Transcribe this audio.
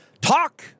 Talk